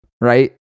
right